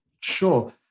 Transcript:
Sure